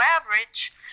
average